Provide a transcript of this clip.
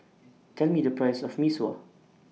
Tell Me The Price of Mee Sua